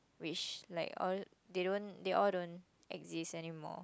which like all they don't they all don't exist anymore